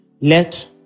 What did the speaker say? let